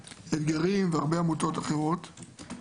"אתגרים" והרבה עמותות אחרות.